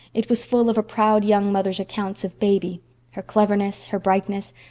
it was full of a proud young mother's accounts of baby her cleverness, her brightness,